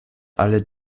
alle